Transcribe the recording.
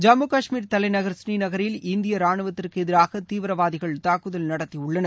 ஜம்மு கஷ்மீர் தலைநகர் ஸ்ரீநகரில் இந்திய ரானுவத்திற்கு எதிராக தீவிரவாதிகள் தாக்குதல் நடத்தியுள்ளனர்